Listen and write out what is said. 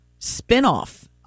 spinoff